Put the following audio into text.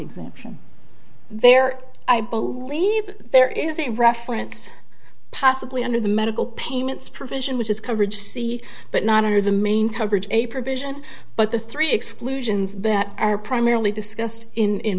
exemption there i believe there is a reference possibly under the medical payments provision which is coverage c but not under the main coverage a provision but the three exclusions that are primarily discussed in